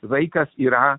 vaikas yra